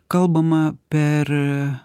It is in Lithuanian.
kalbama per